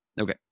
okay